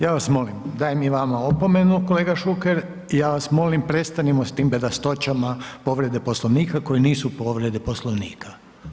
Ja vas molim, dajem i vama opomenu kolega Šuker i ja vas molim prestanimo s tim bedastoćima povrede Poslovnika, koje nisu povrede Poslovnika.